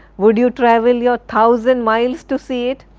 would you travel your thousand miles to see it?